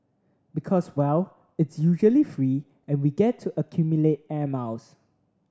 because well it's usually free and we get to accumulate air miles